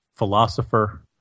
philosopher